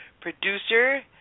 producer